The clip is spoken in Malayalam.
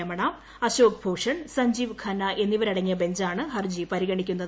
രമണ അശോക് ഭൂഷൺ സഞ്ചീവ് ഖന്ന എന്നിവരടങ്ങിയ ബഞ്ചാണ് ഹർജി പരിഗണിക്കുന്നത്